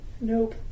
Nope